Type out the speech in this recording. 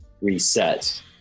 reset